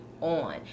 on